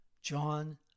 John